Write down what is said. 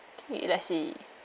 okay let's see